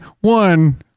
one